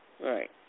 Right